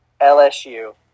LSU